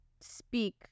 speak